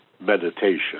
meditation